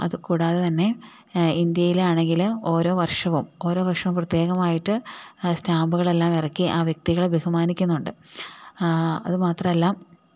അത് കൂടാതെ തന്നെ ഇന്ത്യയിലാണെങ്കിൽ ഓരോ വർഷവും ഓരോ വർഷവും പ്രത്യേകമായിട്ട് സ്റ്റാമ്പുളെല്ലാം ഇറാക്കി ആ വ്യക്തികളെ ബഹുമാനിക്കുന്നുമുണ്ട് അത് മാത്രമല്ല